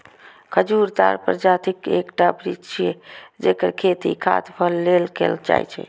खजूर ताड़ प्रजातिक एकटा वृक्ष छियै, जेकर खेती खाद्य फल लेल कैल जाइ छै